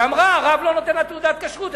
ואמרה: הרב לא נותן לי תעודת כשרות,